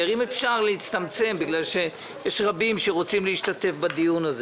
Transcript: הדוברים להצטמצם, כי רבים רוצים לדבר.